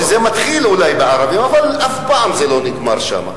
זה מתחיל אולי בערבים אבל אף פעם זה לא נגמר שם.